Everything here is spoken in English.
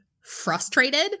frustrated